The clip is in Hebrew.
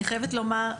אני חייבת לומר,